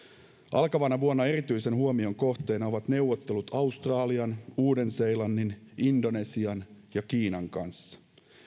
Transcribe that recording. alkavana vuonna erityisen huomion kohteena ovat neuvottelut australian uuden seelannin indonesian ja kiinan kanssa